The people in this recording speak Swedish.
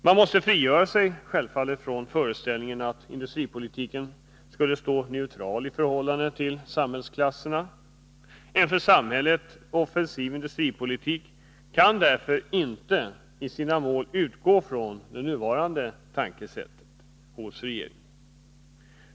Man måste självfallet frigöra sig från föreställningen att industripolitiken skulle stå neutral i förhållande till samhällsklasserna. Målen för en för samhället offensiv industripolitik kan därför inte baseras på den nuvarande regeringens sätt att tänka.